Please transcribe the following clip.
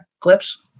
clips